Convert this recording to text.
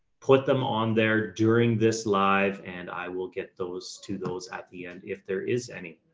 put them on there during this live, and i will get those to those at the end. if there is any,